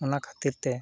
ᱚᱱᱟ ᱠᱷᱟᱹᱛᱤᱨᱛᱮ